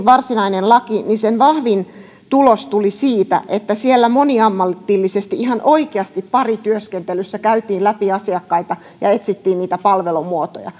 varsinainen laki niin sen vahvin tulos tuli siitä että siellä moniammatillisesti ihan oikeasti parityöskentelyssä käytiin läpi asiakkaita ja etsittiin niitä palvelumuotoja